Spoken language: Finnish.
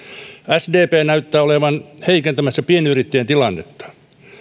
sdp näyttää olevan heikentämässä pienyrittäjien tilannetta